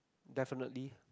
definitely